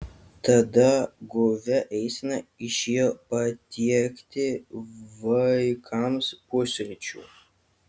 tada guvia eisena išėjo patiekti vaikams pusryčių